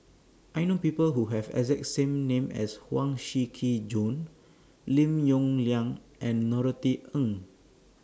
I know People Who Have exact same name as Huang Shiqi Joan Lim Yong Liang and Norothy Ng